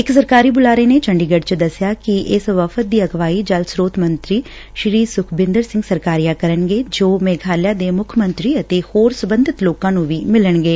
ਇਕ ਸਰਕਾਰੀ ਬੁਲਾਰੇ ਨੇ ਚੰਡੀਗੜ ਚ ਦਸਿਆ ਕਿ ਇਸ ਵਫ਼ਦ ਦੀ ਅਗਵਾਈ ਜਲ ਸਰੋਤ ਮੰਤਰੀ ਸੁਖਬਿੰਦਰ ਸਿੰਘ ਸਰਕਾਰੀਆ ਕਰਨਗੇ ਜੋ ਮੇਘਾਲਿਆ ਦੇ ਮੁੱਖ ਮੰਤਰੀ ਅਤੇ ਹੋਰ ਸਬੰਧਤ ਲੋਕਾਂ ਨੁੰ ਮਿਲਣਗੇ